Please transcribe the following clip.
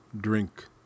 drink